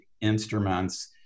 instruments